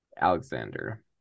Alexander